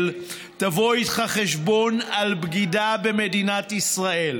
תבוא איתך חשבון על בגידה במדינת ישראל.